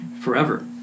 forever